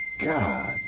God